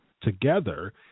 together